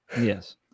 Yes